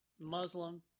Muslim